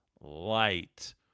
light